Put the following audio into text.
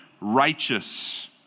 righteous